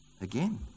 Again